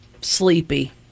sleepy